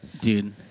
dude